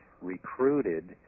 recruited